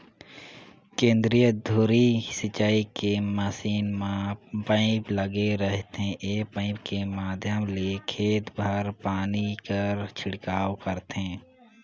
केंद्रीय धुरी सिंचई के मसीन म पाइप लगे रहिथे ए पाइप के माध्यम ले खेत भर पानी कर छिड़काव करथे